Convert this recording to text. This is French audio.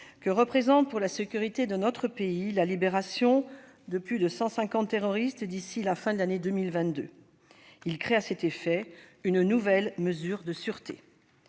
que représente, pour la sécurité de notre pays, la libération de plus de 150 terroristes d'ici à la fin de l'année 2022. Il crée, à cet effet, une nouvelle mesure de sûreté.